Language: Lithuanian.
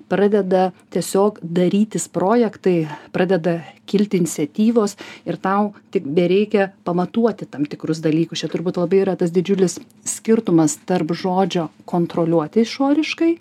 pradeda tiesiog darytis projektai pradeda kilti iniciatyvos ir tau tik bereikia pamatuoti tam tikrus dalykus čia turbūt labai yra tas didžiulis skirtumas tarp žodžio kontroliuoti išoriškai